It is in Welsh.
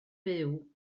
byw